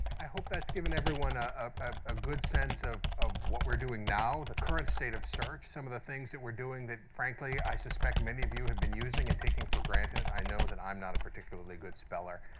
i hope that's given everyone a ah good sense of of what we're doing now. the current state of search, some of the things that we're doing that, frankly, i suspect, many of you have been using and taking for granted. i know that i'm not a particularly good speller.